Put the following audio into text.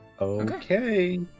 Okay